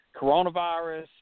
Coronavirus